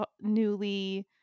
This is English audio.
newly